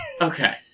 Okay